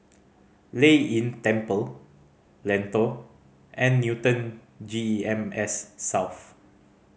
Lei Yin Temple Lentor and Newton G E M S South